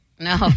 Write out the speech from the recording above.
No